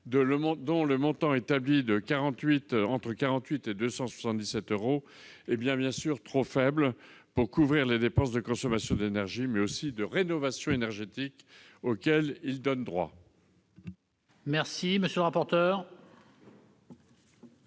dont le montant, établi entre 48 et 277 euros, est bien trop faible pour couvrir les dépenses de consommation d'énergie, mais aussi de rénovation énergétique, auxquelles il donne droit. Quel est l'avis de